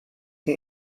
der